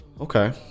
Okay